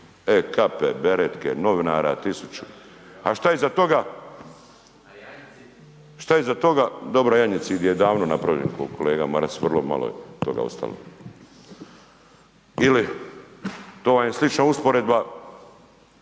kape, beretke, novinara tisuću, a šta iza toga? … /Upadica se ne razumije/ … dobro janjicid je davno napravljen kolega Maras vrlo malo je toga ostalo. Ili to vam je slična usporedba